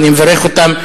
ואני מברך אותם,